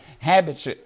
Habits